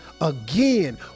again